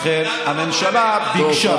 לכן הממשלה ביקשה,